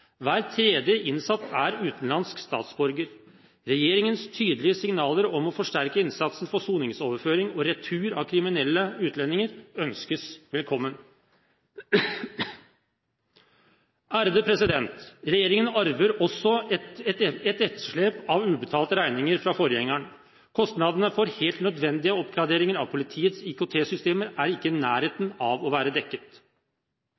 Hver tredje innsatt er utenlandsk statsborger. Regjeringens tydelige signaler om å forsterke innsatsen for soningsoverføring og retur av kriminelle utlendinger ønskes velkommen. Regjeringen arver også et etterslep av ubetalte regninger fra forgjengeren. Kostnadene for helt nødvendige oppgraderinger av politiets IKT-systemer er ikke